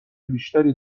بیشتری